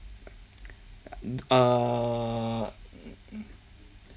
err